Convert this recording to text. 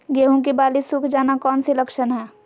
गेंहू की बाली सुख जाना कौन सी लक्षण है?